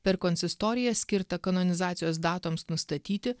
per konsistoriją skirtą kanonizacijos datoms nustatyti